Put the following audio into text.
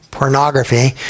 pornography